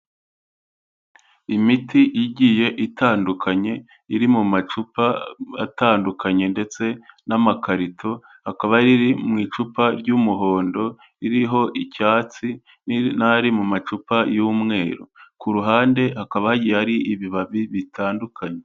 Imiti igiye itandukanye iri mu macupa atandukanye ndetse n'amakarito, hakaba hari iri mu icupa ry'umuhondo ririho icyatsi n'ari mu macupa y'umweru, ku ruhande hakaba hagiye hari ibibabi bitandukanye.